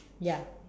ya